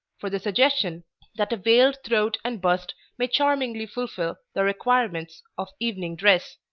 for the suggestion that a veiled throat and bust may charmingly fulfil the requirements of evening dress,